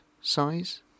size